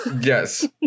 Yes